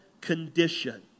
condition